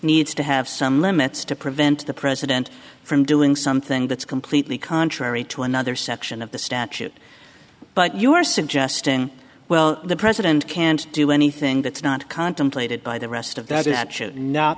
needs to have some limits to prevent the president from doing something that's completely contrary to another section of the statute but you're suggesting well the president can't do anything that's not contemplated by the rest of that it should not